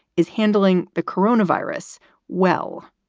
is handling the corona virus well.